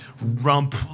rump